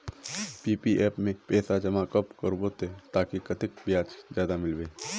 PPF में पैसा जमा कब करबो ते ताकि कतेक ब्याज ज्यादा मिलबे?